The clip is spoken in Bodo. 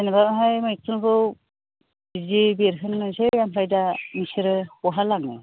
जेनेबाहाय मैखुनखौ बिदि बेरहोनोसै ओमफ्राय दा नोंसोरो बहा लाङो